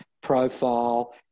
profile